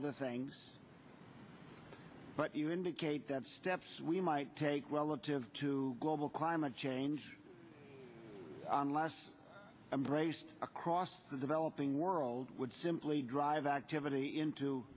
other things but you indicate that steps we might take well up to to global climate change unless i'm braced across the developing world would simply drive activity into